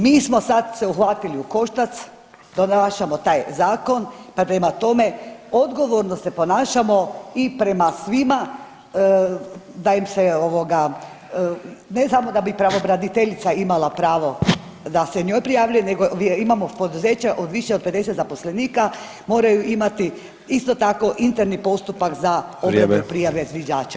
Mi smo sad se uhvatili u koštac, donašamo taj zakon, pa prema tome odgovorno se ponašamo i prema svima da im se ovoga, ne samo da bi pravobraniteljica imala pravo da se njoj prijavljuje nego imamo poduzeće od više od 50 zaposlenika moraju imati isto tako interni postupak za … [[Govornik se ne razumije]] prijave zviždača.